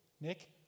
Nick